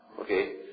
Okay